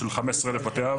של 15 אלף בתי אב,